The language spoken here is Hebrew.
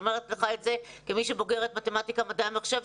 אני אומרת לך את זה כבוגרת מתמטיקה ומדעי המחשב,